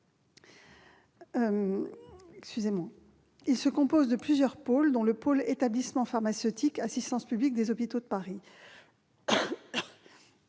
se compose de plusieurs pôles, dont le pôle Établissement pharmaceutique de l'assistance publique des hôpitaux de Paris.